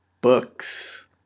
books